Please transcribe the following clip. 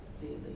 daily